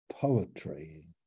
poetry